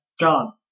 John